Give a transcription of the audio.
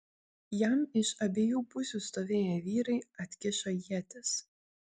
jam iš abiejų pusių stovėję vyrai atkišo ietis